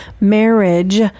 marriage